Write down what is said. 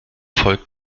folgt